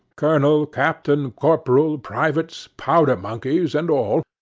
colonel, captain, corporal, privates, powder-monkeys, and all,